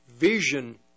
Vision